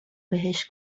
بهش